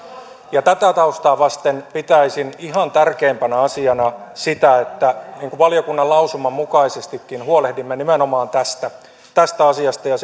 tätä taustaa vasten pitäisin ihan tärkeimpänä asiana sitä että valiokunnan lausuman mukaisestikin huolehdimme nimenomaan tästä tästä asiasta ja